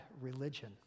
religion